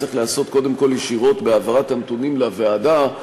צריך להיעשות ישירות בהעברת הנתונים לוועדה.